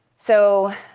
so